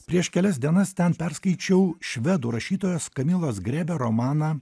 prieš kelias dienas ten perskaičiau švedų rašytojos kamilos grebe romaną